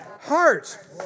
heart